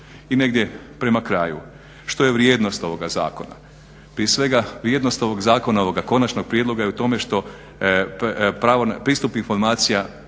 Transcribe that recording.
I negdje prema kraju. Što je vrijednost ovoga zakona, prije svega vrijednost ovog zakona, ovoga konačnoga prijedlog je u tome što pristup informacijama,